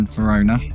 Verona